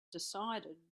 decided